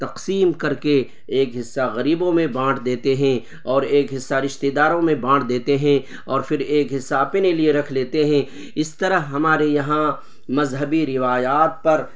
تقسیم کر کے ایک حصہ غریبوں میں بانٹ دیتے ہیں اور ایک حصہ رشتہ داروں میں بانٹ دیتے ہیں اور پھر ایک حصہ اپنے لیے رکھ لیتے ہیں اس طرح ہمارے یہاں مذہبی روایات پر